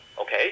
okay